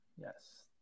Yes